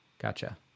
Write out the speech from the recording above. Gotcha